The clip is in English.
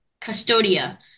Custodia